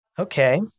okay